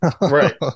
Right